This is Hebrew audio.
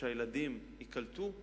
שהילדים ייקלטו,